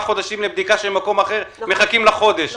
חודשים לבדיקה שבמקום אחר מחכים לה חודש.